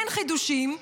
אין חידושים.